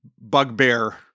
bugbear